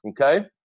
Okay